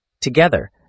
Together